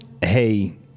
hey